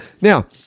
Now